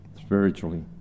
spiritually